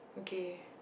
okay